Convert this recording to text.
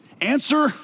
Answer